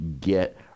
get